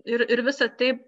ir ir visa taip